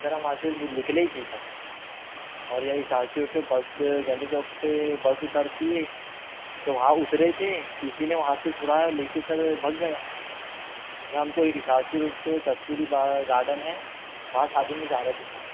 sir हम वहाँ से निकले ही थे सर और यहाँ इटारसी रोड पे बस के अंदर चौक पे बस उतरती है तो वहाँ उतरे ही थे किसी ने वो हाथ से छुड़ाया और लेके सर भाग गया ये हमको इटारसी रोड पे कस्तूरी गार्डन है वहाँ शादी में जा रहे थे सर हम